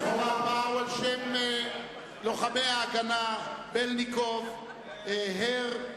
רחוב הארבעה הוא על שם לוחמי "ההגנה" בלינקוב, הר,